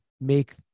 make